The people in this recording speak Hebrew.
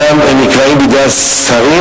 אומנם זה נקבע בידי השרים,